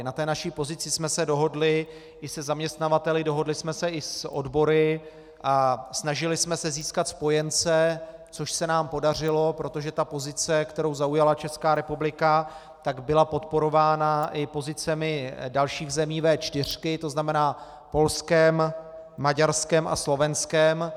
Na naší pozici jsme se dohodli i se zaměstnavateli, dohodli jsme se i s odbory a snažili jsme se získat spojence, což se nám podařilo, protože pozice, kterou zaujala Česká republika, byla podporována i pozicemi dalších zemí V4, to znamená Polskem, Maďarskem a Slovenskem.